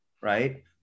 right